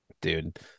Dude